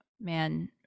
man